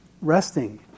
resting